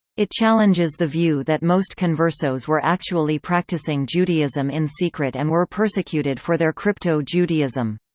it challenges the view that most conversos were actually practicing judaism in secret and were persecuted for their crypto-judaism.